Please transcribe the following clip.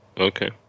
Okay